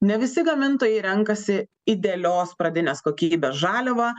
ne visi gamintojai renkasi idealios pradinės kokybės žaliavą